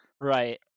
right